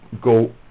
go